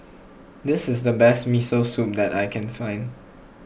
this is the best Miso Soup that I can find